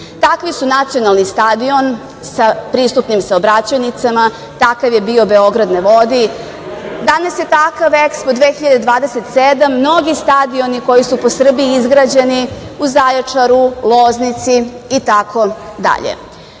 kakvi su Nacionalni stadion sa pristupnim saobraćajnicama, takav je bio Beograd na vodi. Danas je takav EXPO 2027, mnogi stadioni koji su po Srbiji izgrađeni u Zaječaru, Loznici itd. Zadužujemo